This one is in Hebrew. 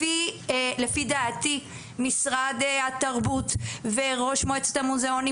לפי דעתי משרד התרבות וראש מועצת המוזיאונים